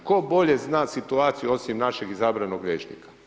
Tko bolje zna situaciju osim našeg izabranog liječnika?